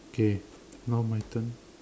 okay now my turn